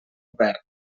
obert